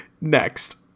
Next